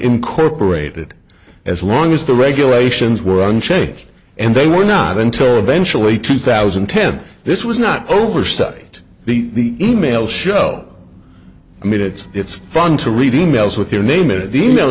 incorporated as long as the regulations were unchanged and they were not until eventually two thousand and ten this was not oversight the e mails show i mean it's it's fun to read e mails with your name in the mail